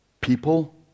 people